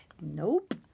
Nope